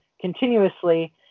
continuously